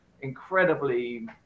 incredibly